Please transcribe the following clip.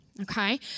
Okay